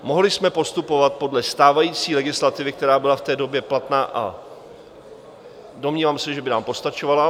Mohli jsme postupovat podle stávající legislativy, která byla v té době platná, a domnívám se, že by nám postačovala.